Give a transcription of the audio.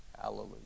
Hallelujah